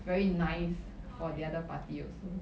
very nice for the other party also